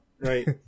Right